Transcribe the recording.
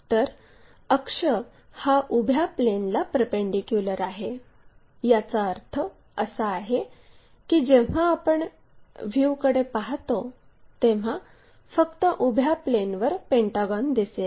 तर अक्ष हा उभ्या प्लेनला परपेंडीक्युलर आहे याचा अर्थ असा आहे की जेव्हा आपण व्ह्यूकडे पाहतो तेव्हा फक्त उभ्या प्लेनवर पेंटागॉन दिसेल